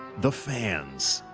the fans.